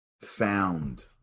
found